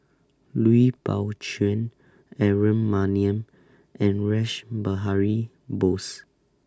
Lui Pao Chuen Aaron Maniam and Rash Behari Bose